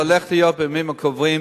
זה הולך להיות בימים הקרובים.